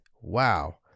wow